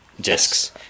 discs